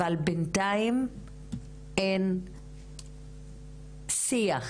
אבל בינתיים אין שיח